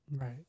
Right